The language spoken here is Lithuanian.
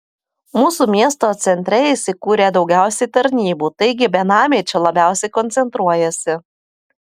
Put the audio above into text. mūsų miesto centre įsikūrę daugiausiai tarnybų taigi benamiai čia labiausiai koncentruojasi